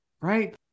right